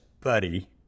buddy